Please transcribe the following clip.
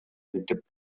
мектеп